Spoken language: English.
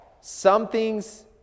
something's